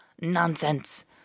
Nonsense